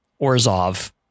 Orzov